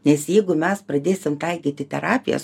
nes jeigu mes pradėsim taikyti terapijas